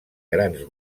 grans